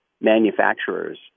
manufacturers